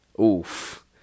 Oof